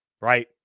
Right